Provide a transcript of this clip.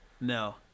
No